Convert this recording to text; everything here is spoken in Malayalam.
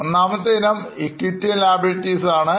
ഒന്നാമത്തെ ഇനം ഇക്വിറ്റി ആൻഡ് Liabilities ആണ്